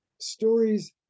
stories